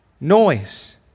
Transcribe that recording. noise